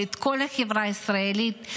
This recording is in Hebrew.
את כל החברה הישראלית,